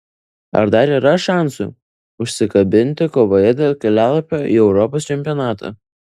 ar dar yra šansų užsikabinti kovoje dėl kelialapio į europos čempionatą